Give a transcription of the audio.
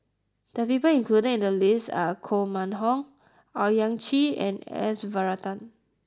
the people included in the list are Koh Mun Hong Owyang Chi and S Varathan